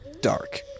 Dark